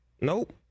Nope